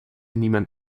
niemand